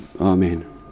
Amen